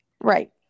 Right